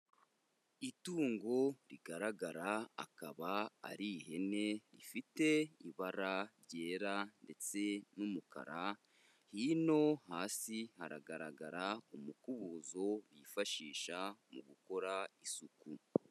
Itungo rigaragara akaba ari ihene, ifite ibara ryera ndetse n'umukara, hino hasi haragaragara umukubuzo bifashisha mu gukora isuku.